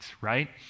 right